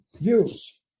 views